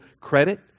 credit